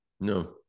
No